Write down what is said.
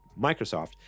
Microsoft